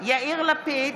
יאיר לפיד,